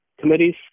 committees